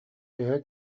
төһө